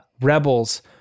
Rebels